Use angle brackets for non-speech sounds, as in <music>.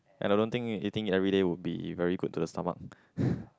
and I don't think eating it everyday will be very good to the stomach <breath>